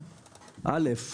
ראשית,